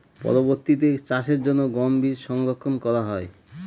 পরবর্তিতে চাষের জন্য গম বীজ সংরক্ষন করা হয়?